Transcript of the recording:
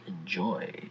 enjoy